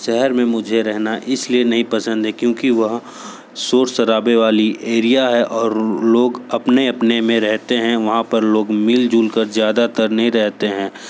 शहर में मुझे रहना इसलिए नहीं पसंद है क्योंकि वहाँ शाेर शराबे वाली एरिया है और लोग अपने अपने में रहते हैं वहाँ पर लोग मिलजुल कर ज़्यादा नहीं रहते हैं